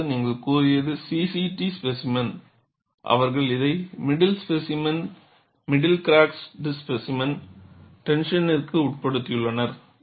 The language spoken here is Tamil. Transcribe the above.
அதாவது நீங்கள் கூறியது C C T ஸ்பேசிமென் அவர்கள் இதை middle specimen middle crack specimen டென்சனிற்கு உட்படுத்தியுள்ளனர்